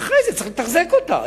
אחרי זה צריך לתחזק אותה.